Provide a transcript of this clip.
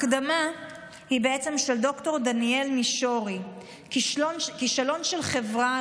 ההקדמה היא של ד"ר דניאל מישורי: כישלון של חברה,